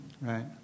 Right